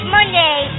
Monday